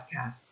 Podcast